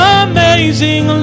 amazing